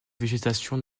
végétation